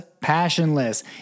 passionless